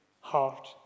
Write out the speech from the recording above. heart